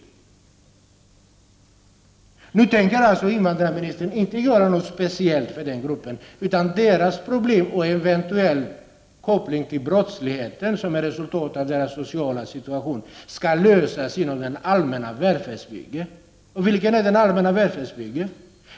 Invandrarministern tänker således inte vidta några speciella åtgärder för den här gruppen. Dess problem och den situation den befinner sig i, med den eventuella kopplingen till brottsligheten, skall lösas genom den allmänna välfärdspolitiken. Hur ser den ut i dag?